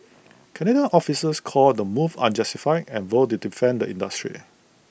Canadian officials called the move unjustified and vowed to defend the industry